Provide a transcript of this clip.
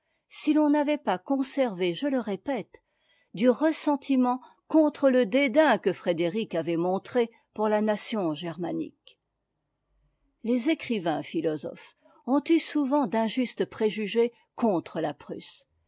si l'on n'avait pas conservé je le répète du ressentiment contre le dédain que frédéric avait montré pour la nation germanique les écrivains philosophes ont eu souvent d'injustes préjugés contre la prusse